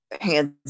hands